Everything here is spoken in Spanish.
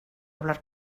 hablar